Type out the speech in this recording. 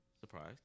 Surprised